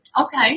Okay